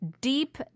deep